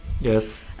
Yes